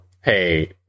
hey